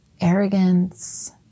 arrogance